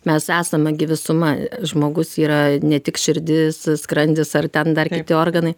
mes esame gi visuma žmogus yra ne tik širdis skrandis ar ten dar kiti organai